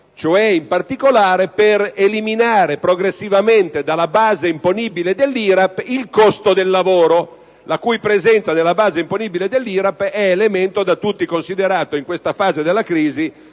cioè in particolare per eliminare progressivamente dalla base imponibile dell'IRAP il costo del lavoro, la cui presenza nella base imponibile dell'IRAP è elemento da tutti considerato particolarmente